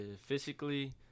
physically